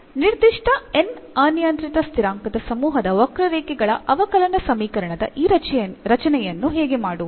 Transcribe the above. ನಿರ್ದಿಷ್ಟ n ಅನಿಯಂತ್ರಿತ ಸ್ಥಿರಾಂಕದ ಸಮೂಹದ ವಕ್ರರೇಖೆಗಳ ಅವಕಲನ ಸಮೀಕರಣದ ಈ ರಚನೆಯನ್ನು ಹೇಗೆ ಮಾಡುವುದು